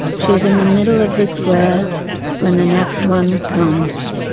she is in the middle of the square when the next one comes.